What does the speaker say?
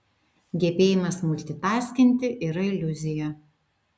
gebėjimas multitaskinti yra iliuzija